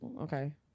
Okay